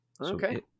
Okay